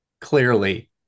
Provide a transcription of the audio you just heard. clearly